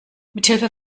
mithilfe